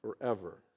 forever